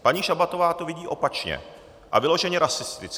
Paní Šabatová to vidí opačně a vyloženě rasisticky.